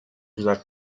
güzel